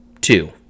Two